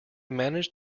manage